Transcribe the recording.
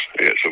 yes